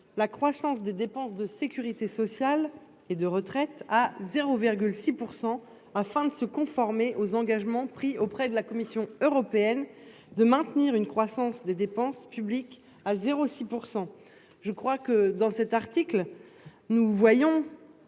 la croissance des dépenses de Sécurité sociale et de retraite, à 0,6%, afin de se conformer aux engagements pris auprès de la Commission européenne de maintenir une croissance des dépenses publiques à 0 6 %. Je crois que dans cet article. Nous voyons.